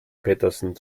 petersen